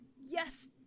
yes